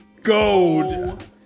Gold